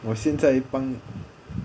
我现在帮你